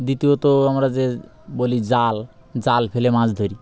দ্বিতীয়ত আমরা যে বলি জাল জাল ফেলে মাছ ধরি